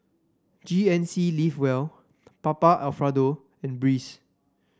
G N C Live Well Papa Alfredo and Breeze